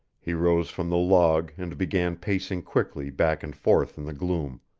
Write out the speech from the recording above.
he rose from the log and began pacing quickly back and forth in the gloom,